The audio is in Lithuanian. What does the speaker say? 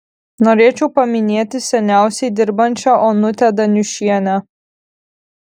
norėčiau paminėti seniausiai dirbančią onutę daniušienę